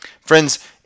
Friends